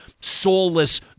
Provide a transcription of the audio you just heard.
soulless